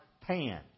Pan